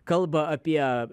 kalba apie